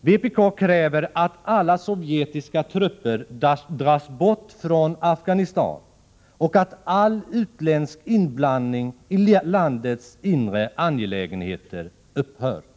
Vpk kräver att alla sovjetiska trupper dras bort ifrån Afghanistan — och att all utländsk inblandning i landets inre angelägenheter upphör.